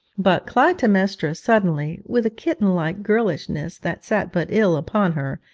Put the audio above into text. but clytemnestra suddenly, with a kitten-like girlishness that sat but ill upon her,